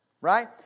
right